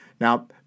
Now